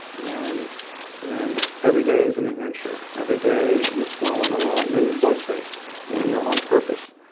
then then every day is an adventure. every day you're flowing along. you're in the flow space when you're on purpose.